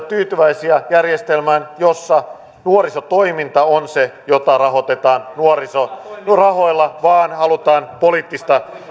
tyytyväisiä järjestelmään jossa nuorisotoiminta on se jota rahoitetaan nuorisorahoilla vaan halutaan poliittisia